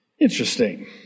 Interesting